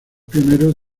pioneros